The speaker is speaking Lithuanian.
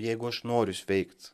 jeigu aš noriu sveikt